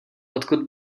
odkud